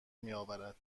میاورد